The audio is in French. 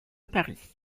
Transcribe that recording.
paris